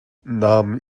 nam